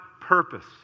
purpose